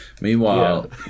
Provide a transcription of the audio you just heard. Meanwhile